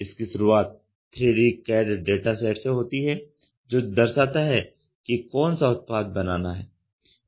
इसकी शुरुआत 3D CAD dataset से होती है जो दर्शाता है कि कौन सा उत्पाद बनाना है